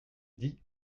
dit